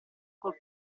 col